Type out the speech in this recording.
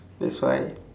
that's why